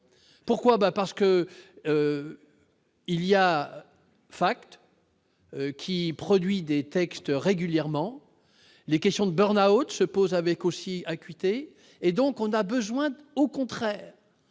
pourquoi, bah parce que il y a un facteur qui produit des textes régulièrement les questions de haute se pose avec aussi acuité et donc on a besoin au contraire